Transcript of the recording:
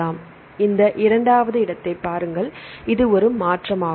மாணவர் இங்கே இரண்டாவது இடத்தைப் பாருங்கள்இது ஒரு மாற்றம் ஆகும்